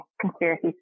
conspiracy